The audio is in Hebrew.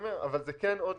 אני אומר, אבל זה כן עוד